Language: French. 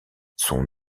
son